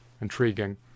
intriguing